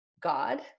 God